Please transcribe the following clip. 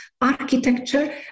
architecture